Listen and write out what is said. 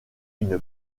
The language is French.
une